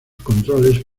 controles